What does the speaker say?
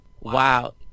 Wow